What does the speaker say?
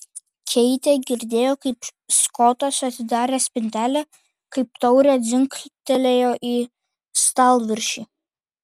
keitė girdėjo kaip skotas atidarė spintelę kaip taurė dzingtelėjo į stalviršį